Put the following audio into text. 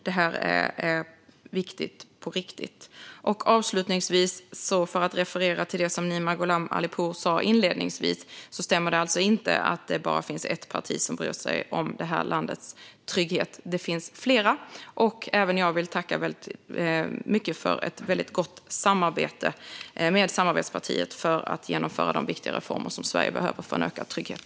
Detta är viktigt på riktigt. Avslutningsvis: Nima Gholam Ali Pour sa inledningsvis att det bara finns ett parti som bryr sig om landets trygghet. Det stämmer inte. Det finns flera. Även jag vill tacka för ett gott samarbete med samarbetspartiet för att genomföra de viktiga reformer Sverige behöver för en ökad trygghet.